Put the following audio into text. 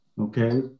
okay